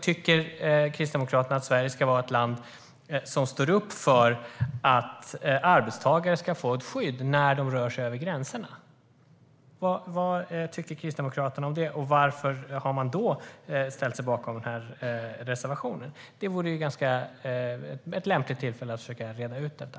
Tycker Kristdemokraterna att Sverige ska vara ett land som står upp för att arbetstagare ska få ett skydd när de rör sig över gränserna? Varför har man då ställt sig bakom den här reservationen? Det här är ett lämpligt tillfälle att försöka reda ut detta.